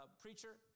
preacher